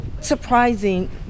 surprising